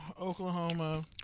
Oklahoma